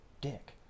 dick